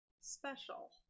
special